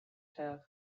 tail